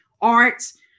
arts